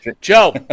Joe